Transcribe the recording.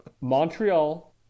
Montreal